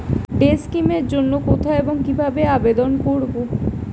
Day scheme এর জন্য কোথায় এবং কিভাবে আবেদন করব?